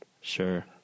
Sure